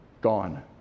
Gone